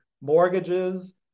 mortgages